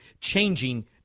changing